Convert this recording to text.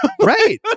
Right